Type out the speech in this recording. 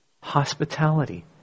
Hospitality